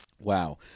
Wow